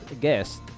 guest